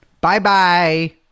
Bye-bye